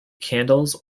candles